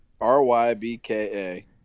R-Y-B-K-A